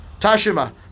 Tashima